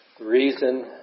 reason